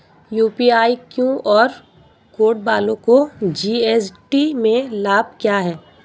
UPI QR code वालों को GST में लाभ क्या है?